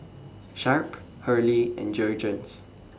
Sharp Hurley and Jergens